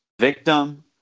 victim